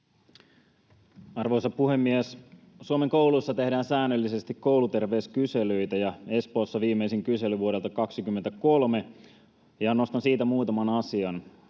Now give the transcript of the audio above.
Arvoisa puhemies! Suomen kouluissa tehdään säännöllisesti kouluterveyskyselyitä, ja Espoossa viimeisin kysely on vuodelta 23. Nostan siitä muutaman asian: